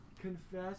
confess